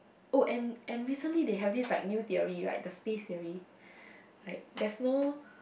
oh and and recently they have this like new theory right the space theory like there's no